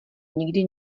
nikdy